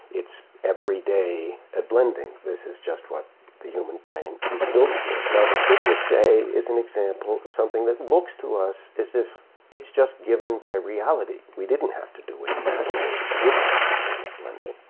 it's everyday ah blending. this is just what the human brain is built for. now, the cyclic day is an example of something that looks to us as if it's just given by reality. we didn't have to do any imagining, we didn't have to do any blending.